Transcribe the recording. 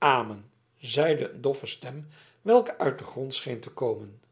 amen zeide een doffe stem welke uit den grond scheen te komen